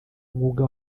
umwuga